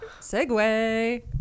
Segway